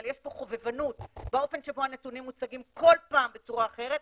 אבל יש פה חובבנות באופן שבו הנתונים מוצגים כל פעם בצורה אחרת,